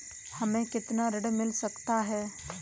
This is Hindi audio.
हमें कितना ऋण मिल सकता है?